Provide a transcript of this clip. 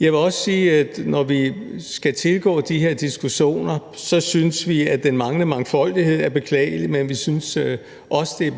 Jeg vil også sige, at vi, når vi skal tilgå de her diskussioner, synes, at den manglende mangfoldighed er beklagelig, men at vi